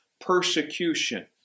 persecution